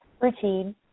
routine